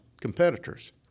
competitors